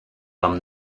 вам